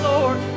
Lord